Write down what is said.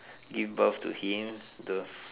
give birth to him the